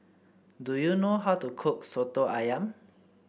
do you know how to cook soto ayam